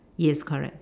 yes correct